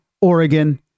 Oregon